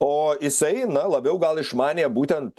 o jisai na labiau gal išmanė būtent